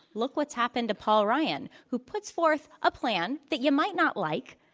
look what's happened to paul ryan who puts forth a plan that you might not like.